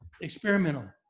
experimental